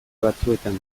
batzuetan